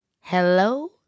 hello